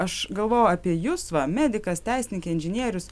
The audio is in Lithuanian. aš galvojau apie jus va medikas teisininkė inžinierius